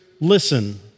listen